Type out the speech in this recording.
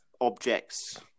objects